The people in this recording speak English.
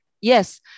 Yes